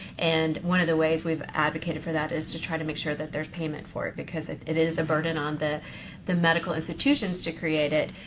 and one of the ways we've advocated for that is to try to make sure that there's payment for it because it it is a burden on the the medical institutions to create it.